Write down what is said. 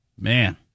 man